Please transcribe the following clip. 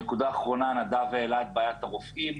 נקודה האחרונה, נדב העלה את בעיית הרופאים.